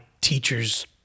teachers